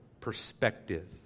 perspective